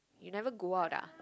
you never go out ah